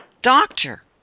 doctor